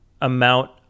amount